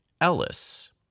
Ellis